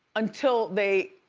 until they